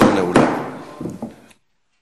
זכויותיהם וחובותיהם (תיקון מס'